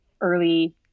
early